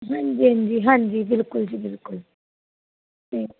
ਹਾਂਜੀ ਹਾਂਜੀ ਹਾਂਜੀ ਬਿਲਕੁਲ ਜੀ ਬਿਲਕੁਲ ਠੀਕ